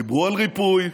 דיברו על ריפוי,